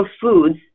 foods